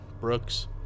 Brooks